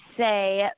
say